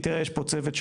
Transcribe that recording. תראה, יש פה צוות שלם.